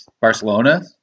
Barcelona